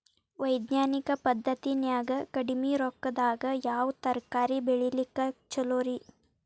ವೈಜ್ಞಾನಿಕ ಪದ್ಧತಿನ್ಯಾಗ ಕಡಿಮಿ ರೊಕ್ಕದಾಗಾ ಯಾವ ತರಕಾರಿ ಬೆಳಿಲಿಕ್ಕ ಛಲೋರಿ?